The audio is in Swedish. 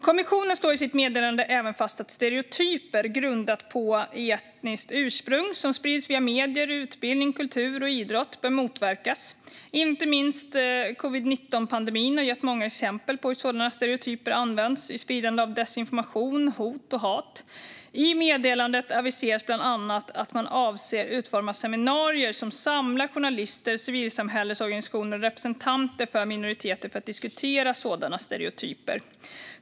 Kommissionen slår i sitt meddelande även fast att stereotyper grundade på etniskt ursprung som sprids via medier, utbildning, kultur och idrott bör motverkas. Inte minst covid-19-pandemin har gett många exempel på hur sådana stereotyper används i spridande av desinformation, hot och hat. I meddelandet aviseras bland annat att man avser att utforma seminarier som samlar journalister, civilsamhällesorganisationer och representanter för minoriteter för att diskutera sådana stereotyper.